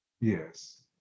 Yes